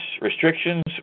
restrictions